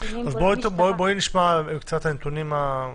בואי נשמע את הנתונים.